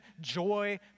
joy